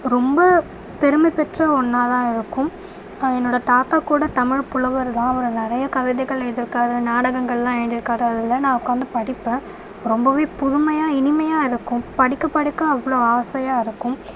ரொம்ப பெருமை பெற்ற ஒன்றா தான் இருக்கும் என்னோடய தாத்தா கூட தமிழ் புலவர்தான் அவர் நிறைய கவிதைகள் எழுதியிருக்காரு நாடகங்கள்லாம் எழுதியிருக்காரு அதெல்லாம் நான் உட்காந்து படிப்பேன் ரொம்பவே புதுமையாக இனிமையாக இருக்கும் படிக்க படிக்க அவ்வளோ ஆசையாக இருக்கும்